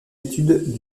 études